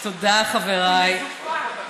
תודה, חבריי.